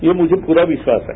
ये मुझे पूरा विश्वास है